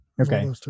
Okay